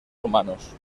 humanos